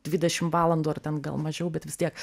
dvidešimt valandų ar ten gal mažiau bet vis tiek